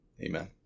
Amen